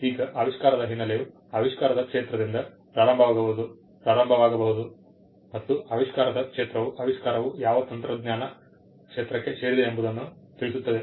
ಈಗ ಆವಿಷ್ಕಾರದ ಹಿನ್ನೆಲೆಯು ಆವಿಷ್ಕಾರದ ಕ್ಷೇತ್ರದಿಂದ ಪ್ರಾರಂಭವಾಗಬಹುದು ಮತ್ತು ಆವಿಷ್ಕಾರದ ಕ್ಷೇತ್ರವು ಆವಿಷ್ಕಾರವು ಯಾವ ತಂತ್ರಜ್ಞಾನ ಕ್ಷೇತ್ರಕ್ಕೆ ಸೇರಿದೆ ಎಂಬುದನ್ನು ತಿಳಿಸುತ್ತದೆ